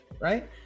right